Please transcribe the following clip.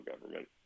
government